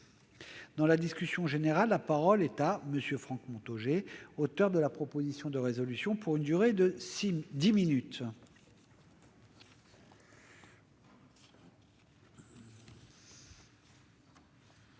Dans la discussion générale, la parole est à M. Franck Montaugé, auteur de la proposition de résolution. Monsieur le président, monsieur